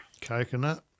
Coconut